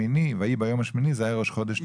ויהי ביום השמיני, זה היה ראש חודש ניסן.